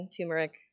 turmeric